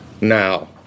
now